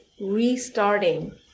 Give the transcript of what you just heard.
restarting